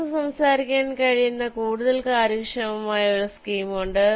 നമുക്ക് സംസാരിക്കാൻ കഴിയുന്ന കൂടുതൽ കാര്യക്ഷമമായ ഒരു സ്കീം ഉണ്ട്